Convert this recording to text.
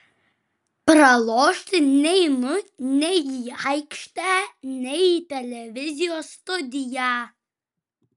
pralošti neinu nei į aikštę nei į televizijos studiją